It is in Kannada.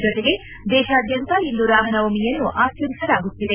ಜತೆಗೆ ದೇಶಾದ್ಯಂತ ಇಂದು ರಾಮನವಮಿಯನ್ನು ಆಚರಿಸಲಾಗುತ್ತಿದೆ